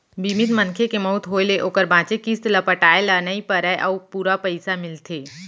बीमित मनखे के मउत होय ले ओकर बांचे किस्त ल पटाए ल नइ परय अउ पूरा पइसा मिलथे